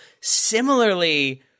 similarly